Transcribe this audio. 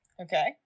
okay